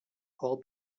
all